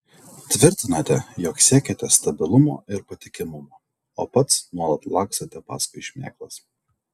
tvirtinate jog siekiate stabilumo ir patikimumo o pats nuolat lakstote paskui šmėklas